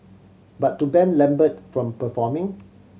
but to ban Lambert from performing